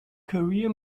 career